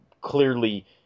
clearly